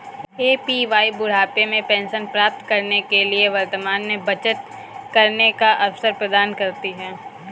APY बुढ़ापे में pension प्राप्त करने के लिए वर्तमान में बचत करने का अवसर प्रदान करती है